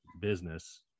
business